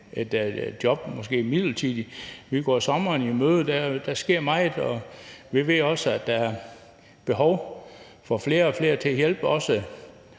et job eller måske et midlertidigt job. Vi går sommeren i møde, der sker meget, og vi ved også, at der er behov for flere og flere til at hjælpe på